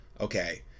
okay